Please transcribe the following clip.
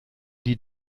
die